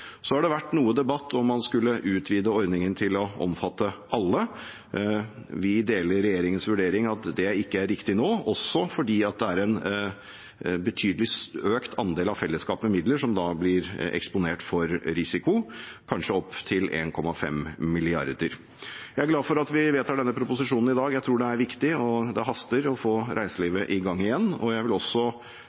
Så har det vært noe debatt om hvorvidt man skulle utvide ordningen til å omfatte alle. Vi deler regjeringens vurdering av at det ikke er riktig nå, også fordi det er en betydelig økt andel av fellesskapets midler som da blir eksponert for risiko – kanskje opptil 1,5 mrd. kr. Jeg er glad for at vi vedtar denne proposisjonen i dag. Jeg tror det er viktig, og det haster med å få reiselivet i gang igjen. Jeg vil også